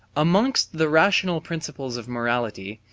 amongst the rational principles of morality,